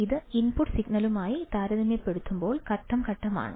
ഇത് ഇൻപുട്ട് സിഗ്നലുമായി താരതമ്യപ്പെടുത്തുമ്പോൾ ഘട്ടം ഘട്ടമാണ്